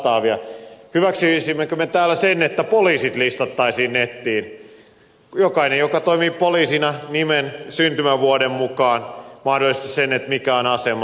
hyväksyisimmekö me täällä sen että poliisit listattaisiin nettiin jokainen joka toimii poliisina nimen ja syntymävuoden mukaan mahdollisesti myös mikä on asema